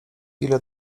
ile